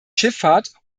schifffahrt